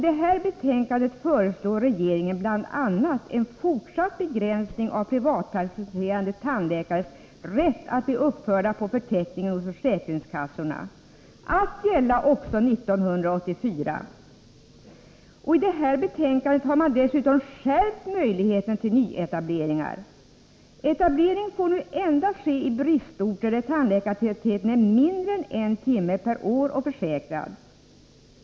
Där föreslår regeringen bl.a. en fortsatt begränsning av privatpraktiserande tandläkares rätt att bli uppförda på förteckningen hos försäkringskassorna att gälla också 1984. Man har dessutom skärpt möjligheterna till nyetableringar. Etablering föreslås nu endast få ske i bristorter där tandläkartätheten är mindre än en timme per år och försäkrad.